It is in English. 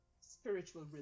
spiritual